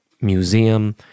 museum